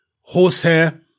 horsehair